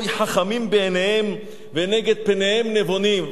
הוי חכמים בעיניהם ונגד פניהם נבֹנים".